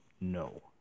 no